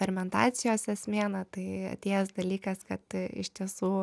fermentacijos esmė na tai atėjęs dalykas kad iš tiesų